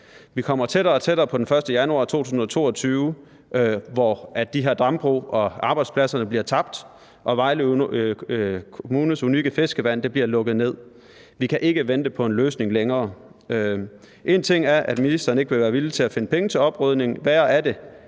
Vi kommer tættere og tættere på den 1. januar 2022, hvor de her dambrug og arbejdspladser bliver tabt og Vejle Kommunes unikke fiskevand bliver lukket ned. Vi kan ikke vente på en løsning længere. Én ting er, at ministeren ikke vil være villig til at finde penge til oprydningen. Værre er det,